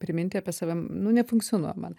priminti apie save nu nefunkcionuoja man